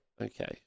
okay